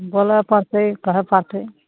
बोलए पड़तय कहय पड़तय